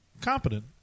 Competent